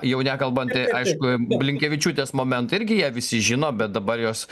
jau nekalbant aišku blinkevičiūtės moment irgi ją visi žino bet dabar jos